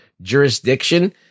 jurisdiction